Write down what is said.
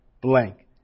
blank